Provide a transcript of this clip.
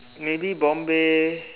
maybe Bombay